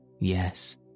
Yes